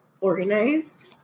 organized